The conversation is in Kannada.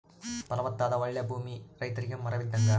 ಫಲವತ್ತಾದ ಓಳ್ಳೆ ಭೂಮಿ ರೈತರಿಗೆ ವರವಿದ್ದಂಗ